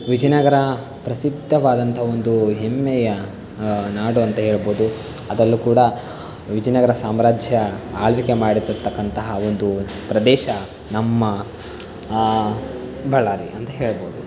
ವಿಜಯನಗರ ಪ್ರಸಿದ್ದವಾದಂತಹ ಒಂದು ಹೆಮ್ಮೆಯ ನಾಡು ಅಂತ ಹೇಳ್ಬೋದು ಅದ್ರಲ್ಲೂ ಕೂಡ ವಿಜಯನಗರ ಸಾಮ್ರಾಜ್ಯ ಆಳ್ವಿಕೆ ಮಾಡಿರ್ತಕ್ಕಂತಹ ಒಂದು ಪ್ರದೇಶ ನಮ್ಮ ಬಳ್ಳಾರಿ ಅಂತ ಹೇಳಬಹುದು